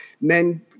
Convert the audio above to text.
men